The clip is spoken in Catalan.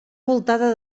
voltada